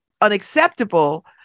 unacceptable